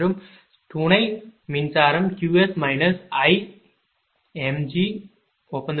மற்றும் துணை மின்சாரம் Qs Img